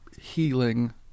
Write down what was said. healing